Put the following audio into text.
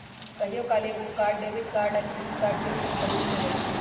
कहियो काल एकेगो कार्ड डेबिट कार्ड आ क्रेडिट कार्ड के रूप में प्रयुक्त हो जाइ छइ